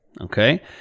Okay